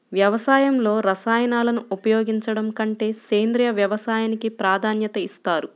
వ్యవసాయంలో రసాయనాలను ఉపయోగించడం కంటే సేంద్రియ వ్యవసాయానికి ప్రాధాన్యత ఇస్తారు